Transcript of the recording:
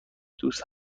دوست